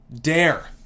dare